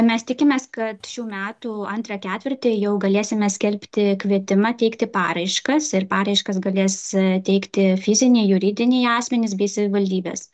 mes tikimės kad šių metų antrą ketvirtį jau galėsime skelbti kvietimą teikti paraiškas ir paraiškas galės teikti fiziniai juridiniai asmenys bei savivaldybės